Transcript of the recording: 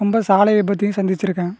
ரெம்ப சாலை விபத்தையும் சந்திச்சுருக்கேன்